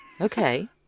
okay